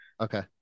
Okay